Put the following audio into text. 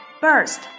Burst